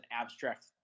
abstract